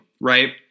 right